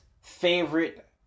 favorite